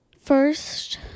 first